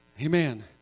Amen